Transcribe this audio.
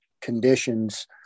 conditions